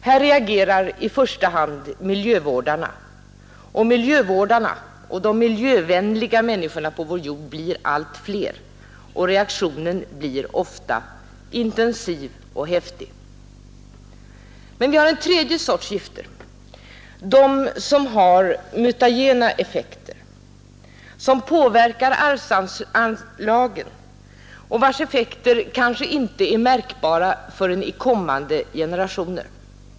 Här reagerar i första hand miljövårdarna, och miljövårdare och de miljövänliga människorna på vår jord blir allt fler och reaktionen blir ofta intensiv och häftig. Men vi har en tredje sorts gifter, de som har mutagena effekter, som påverkar arvsanlagen och vilkas effekter kanske inte är märkbara förrän i kommande generationer.